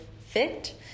Fit